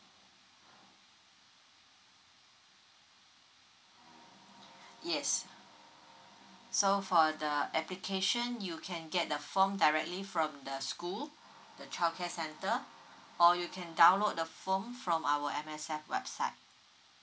yes so for the application you can get the form directly from the school the childcare center or you can download the form from our M_S_F website